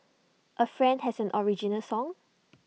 A friend has an original song